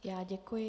Já děkuji.